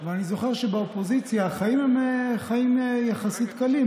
ואני זוכר שבאופוזיציה החיים הם חיים יחסית קלים,